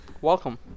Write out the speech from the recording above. welcome